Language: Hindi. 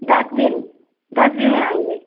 दस दिन दस दिन में आएँगे